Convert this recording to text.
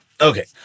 Okay